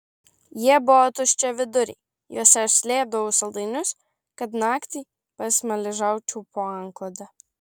jie buvo tuščiaviduriai juose aš slėpdavau saldainius kad naktį pasmaližiaučiau po antklode